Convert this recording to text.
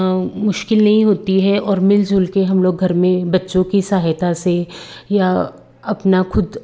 मुश्किल नहीं होती है और मिलजुल के हम लोग घर में बच्चों की सहायता से या अपना खुद